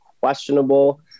questionable